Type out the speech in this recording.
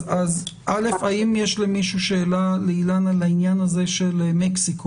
אז האם יש למישהו שאלה לאילנה לעניין מקסיקו?